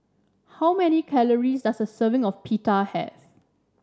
how many calories does a serving of Pita have